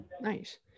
Nice